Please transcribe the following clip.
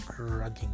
rugging